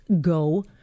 go